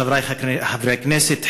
חברי חברי הכנסת,